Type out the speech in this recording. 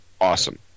awesome